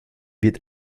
wird